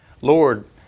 Lord